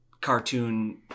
cartoon